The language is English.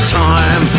time